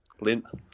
length